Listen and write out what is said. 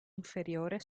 inferiore